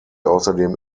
außerdem